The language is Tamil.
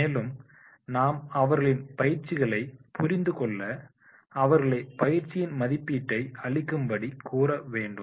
மேலும் நாம் அவர்களின் பயிற்சிகளை புரிந்துகொள்ள அவர்களை பயிற்சியின் மதிப்பீட்டை அளிக்கும்படி கூற வேண்டும்